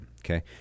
okay